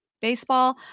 baseball